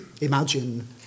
imagine